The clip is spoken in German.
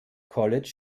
college